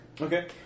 Okay